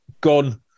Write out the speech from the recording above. gone